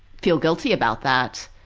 feel guilty about that.